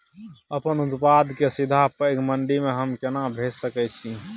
अपन उत्पाद के सीधा पैघ मंडी में हम केना भेज सकै छी?